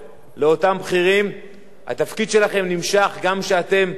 התפקיד שלכם נמשך גם כשאתם מסיימים את התפקיד שלכם.